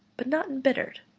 but not embittered.